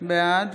בעד